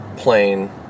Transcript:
plane